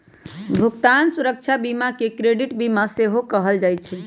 भुगतान सुरक्षा बीमा के क्रेडिट बीमा सेहो कहल जाइ छइ